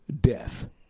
death